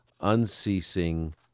unceasing